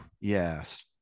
Yes